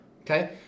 okay